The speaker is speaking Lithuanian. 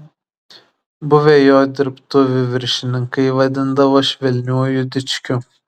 buvę jo dirbtuvių viršininkai vadindavo švelniuoju dičkiu